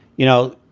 you know,